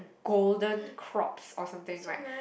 golden crops or something right